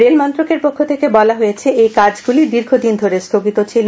rail মন্ত্রকের পক্ষ থেকে বলা হয়েছে এই কাজগুলি দীর্ঘদিন ধরে স্থগিত ছিল